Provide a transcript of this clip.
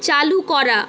চালু করা